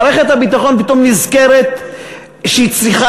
מערכת הביטחון פתאום נזכרת שהיא צריכה